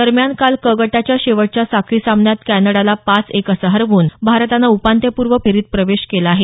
दरम्यान काल क गटाच्या शेवटच्या साखळी सामन्यात कॅनडाला पाच एक असं हरवून भारतानं उपात्यपूर्व फेरीत प्रवेश केला आहे